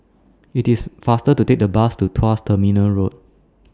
IT IS faster to Take The Bus to Tuas Terminal Road